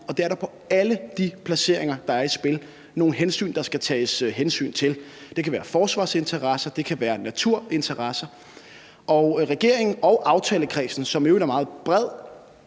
er der i forhold til alle de placeringer, der er i spil – nogle hensyn, der skal tages; det kan være forsvarsinteresser; det kan være naturinteresser. Regeringen og aftalekredsen, som i øvrigt er meget bred,